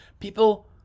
People